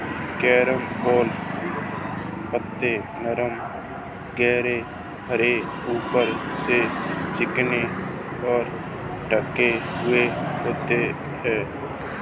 carambola पत्ते नरम गहरे हरे ऊपर से चिकने और ढके हुए होते हैं